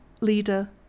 leader